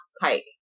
Pike